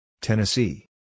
Tennessee